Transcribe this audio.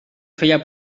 feia